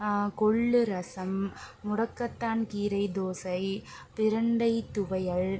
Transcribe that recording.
கொள்ளு ரசம் முடக்கத்தான் கீரை தோசை பிரண்டை துவையல்